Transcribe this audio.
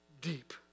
deep